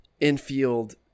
infield